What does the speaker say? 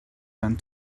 went